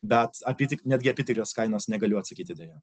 bet apytik netgi apytikres kainas negaliu atsakyti deja